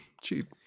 cheap